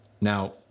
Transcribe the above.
Now